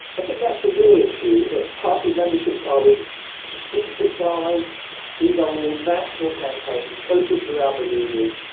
i think that's the real issue, that party memberships are in steep decline these are all national campaigns, focused around the leaders,